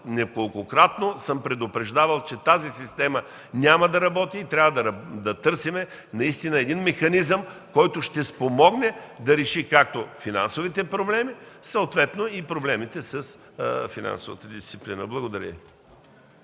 неколкократно съм предупреждавал, че тази система няма да работи и трябва да търсим наистина един механизъм, който ще спомогне да реши както финансовите проблеми, съответно и проблемите с финансовата дисциплина. Благодаря